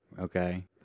okay